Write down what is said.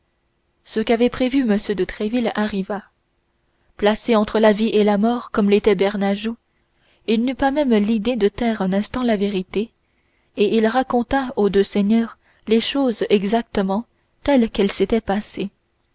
ce qu'avait prévu m de tréville arriva placé entre la vie et la mort comme l'était bernajoux il n'eut pas même l'idée de taire un instant la vérité et il raconta aux deux seigneurs les choses exactement telles qu'elles s'étaient passées